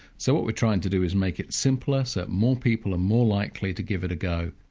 so what we're trying to do is make it simpler, so that more people are more likely to give it a go.